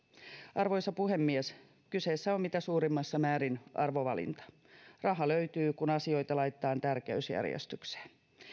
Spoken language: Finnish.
arvoisa puhemies kyseessä on mitä suurimmassa määrin arvovalinta raha löytyy kun asioita laitetaan tärkeysjärjestykseen